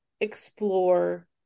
explore